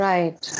Right